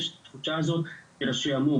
יש את התחושה הזאת של השעמום,